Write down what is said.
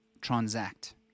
transact